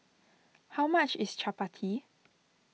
how much is Chapati